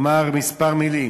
אומר כמה מילים.